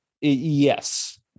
Yes